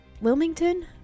Wilmington